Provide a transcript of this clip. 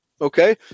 okay